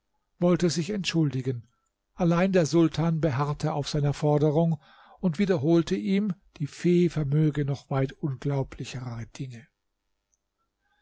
wollte sich entschuldigen allein der sultan beharrte auf seiner forderung und wiederholte ihm die fee vermöge noch weit unglaublichere dinge